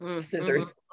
scissors